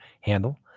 handle